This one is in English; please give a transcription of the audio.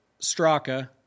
Straka